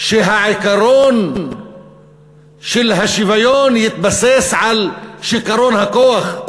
שהעיקרון של השוויון יתבסס על שיכרון הכוח,